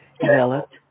developed